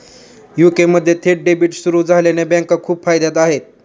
UK मध्ये थेट debit सुरू झाल्याने बँका खूप फायद्यात आहे